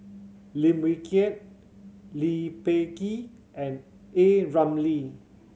Lim Wee Kiak Lee Peh Gee and A Ramli